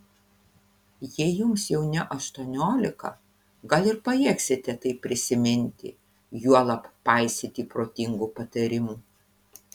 jei jums jau ne aštuoniolika gal ir pajėgsite tai prisiminti juolab paisyti protingų patarimų